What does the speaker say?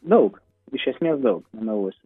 daug iš esmės daug nemeluosiu